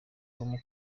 com